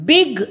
Big